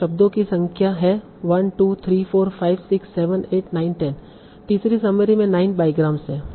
तो शब्दों की संख्या है 1 2 3 4 5 6 7 8 9 10 तीसरे समरी में 9 बाईग्राम्स हैं